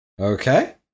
okay